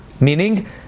meaning